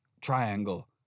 triangle